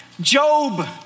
Job